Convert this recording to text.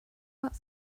about